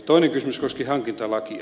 toinen kysymys koski hankintalakia